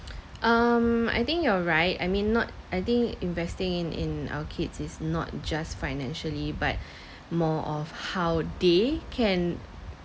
um I think you're right I mean not I think investing in in our kids is not just financially but more of how they can